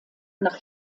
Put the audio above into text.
nach